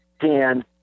Dan